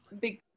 big